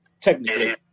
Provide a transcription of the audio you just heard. technically